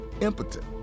impotent